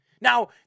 Now